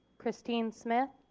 khristine smith,